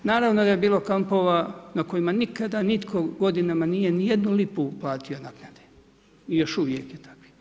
Naravno da je bilo kampova, na kojima nikada nitko godinama nije ni jednu lipu uplatio naknade i još uvijek je takvih.